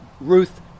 Ruth